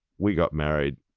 we got married,